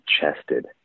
chested